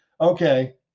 okay